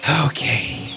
Okay